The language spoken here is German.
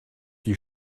die